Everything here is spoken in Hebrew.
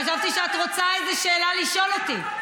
חשבתי שאת רוצה לשאול אותי איזה שאלה.